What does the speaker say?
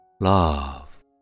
Love